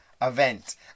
event